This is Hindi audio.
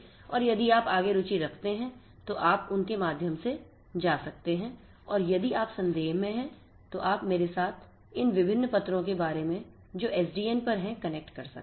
और यदि आप आगे रुचि रखते हैं तो आप उनके माध्यम से जा सकते हैं और यदि आप संदेह में हैं तो आप मेरे साथ इन विभिन्न पत्रों के बारे में जो एसडीएन पर हैं कनेक्ट कर सकते हैं